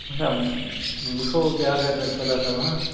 اَچھا وُچھو کیٛاہ کَرِ تیٚلہِ خۄدا صٲب ہا